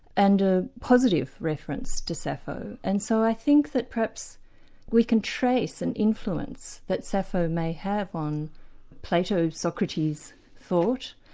and a positive reference to sappho, and so i think that perhaps we can trace an influence that sappho may have on plato, socrates' thought,